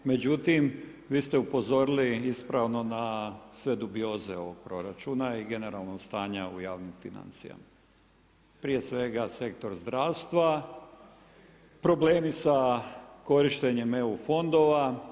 Međutim, vi ste upozorili ispravno na sve dubioze ovoga proračuna i generalno stanje u javnim financijama, prije svega sektor zdravstva, problemi sa korištenjem EU fondova.